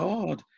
God